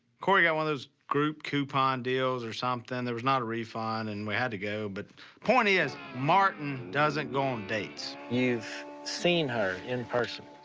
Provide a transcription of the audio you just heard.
korie got one of those group coupon deals or somethin'. there was not a refund and we had to go but point is, martin doesn't go on dates. you've seen her, in person?